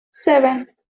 seven